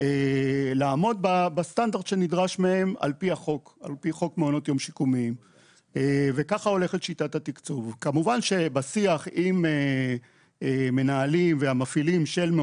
המבנה בדרך כלל שייך לרשות, והמפעילים הם